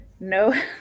no